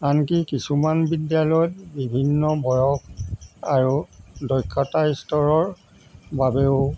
আনকি কিছুমান বিদ্যালয়ত বিভিন্ন বয়স আৰু দক্ষতা স্তৰৰ বাবেও